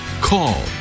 call